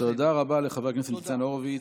תודה רבה לחבר הכנסת ניצן הורוביץ.